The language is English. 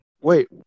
Wait